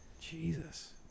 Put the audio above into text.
Jesus